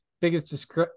biggest